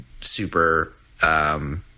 super –